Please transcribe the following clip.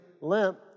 limp